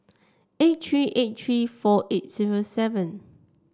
eight three eight three four eight zero seven